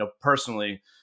personally